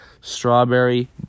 strawberry